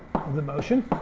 of the motion.